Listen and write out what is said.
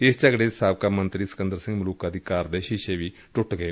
ਇਸ ਝਗੜੇ ਚ ਸਾਬਕਾ ਮੰਤਰੀ ਸਿਕੰਦਰ ਸਿੰਘ ਮਲੁਕਾ ਦੀ ਕਾਰ ਦੇ ਸ਼ੀਸ਼ੇ ਵੀ ਟੁੱਟ ਗਏ